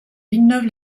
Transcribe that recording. villeneuve